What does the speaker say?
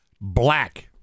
Black